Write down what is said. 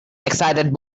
excited